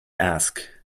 ask